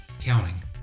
counting